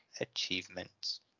achievements